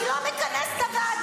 אני לא מכנס את הוועדה.